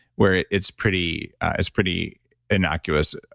where it's pretty it's pretty innocuous.